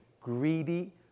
greedy